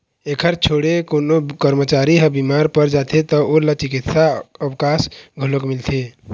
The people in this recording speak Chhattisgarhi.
एखर छोड़े कोनो करमचारी ह बिमार पर जाथे त ओला चिकित्सा अवकास घलोक मिलथे